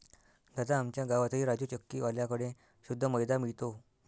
दादा, आमच्या गावातही राजू चक्की वाल्या कड़े शुद्ध मैदा मिळतो